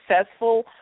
successful